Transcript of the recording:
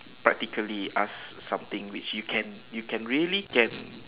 practically ask something which you can you can really can